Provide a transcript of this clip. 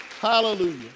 Hallelujah